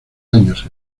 años